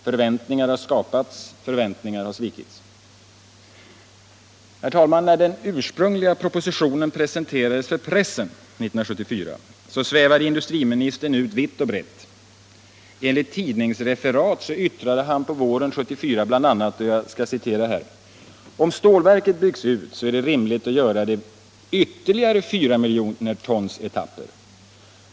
Förväntningar har skapats. Förväntningar har svikits. Herr talman! När den ursprungliga propositionen presenterades för pressen 1974 svävade industriministern ut vitt och brett. Enligt tidningsreferat yttrade han våren 1974 bl.a.: ”Om stålverket byggs ut är det rimligt att göra det i ytterligare 4 miljoner-tons-etapper.